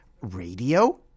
Radio